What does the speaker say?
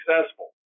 successful